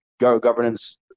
governance